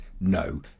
no